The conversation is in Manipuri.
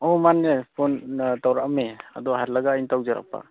ꯑꯥꯎ ꯃꯥꯅꯦ ꯐꯣꯟ ꯇꯧꯔꯛꯑꯝꯃꯦ ꯑꯗꯣ ꯍꯜꯂꯒ ꯑꯩꯅ ꯇꯧꯖꯔꯛꯄ